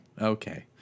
Okay